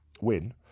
win